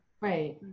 Right